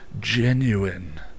genuine